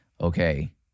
Okay